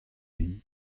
din